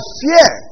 fear